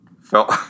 felt